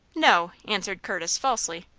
no, answered curtis, falsely.